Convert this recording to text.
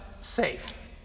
safe